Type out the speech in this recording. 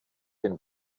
den